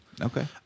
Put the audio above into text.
Okay